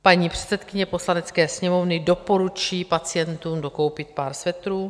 Paní předsedkyně Poslanecké sněmovny doporučí pacientům dokoupit pár svetrů?